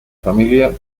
familia